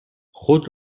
خود